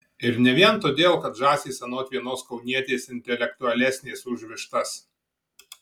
ir ne vien todėl kad žąsys anot vienos kaunietės intelektualesnės už vištas